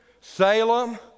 Salem